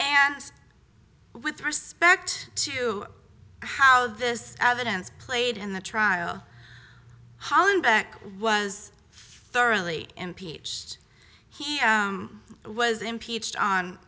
with respect to how this evidence played in the trial hollenbeck was thoroughly impeached he was impeached on